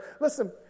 Listen